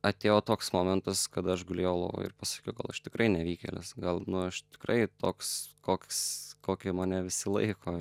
atėjo toks momentas kada aš gulėjau lovoj ir pasakiau gal aš tikrai nevykėlis gal nu aš tikrai toks koks kokį mane visi laiko